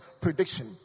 prediction